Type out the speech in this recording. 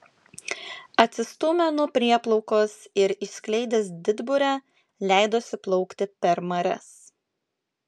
atsistūmė nuo prieplaukos ir išskleidęs didburę leidosi plaukti per marias